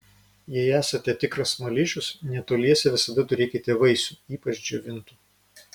jei esate tikras smaližius netoliese visada turėkite vaisių ypač džiovintų